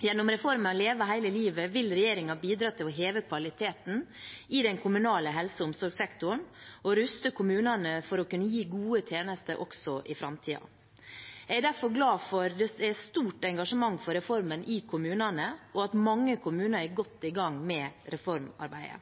Gjennom reformen Leve hele livet vil regjeringen bidra til å heve kvaliteten i den kommunale helse- og omsorgssektoren og ruste kommunene for å kunne gi gode tjenester også i framtiden. Jeg er derfor glad for at det er stort engasjement for reformen i kommunene, og for at mange kommuner er godt i gang med reformarbeidet.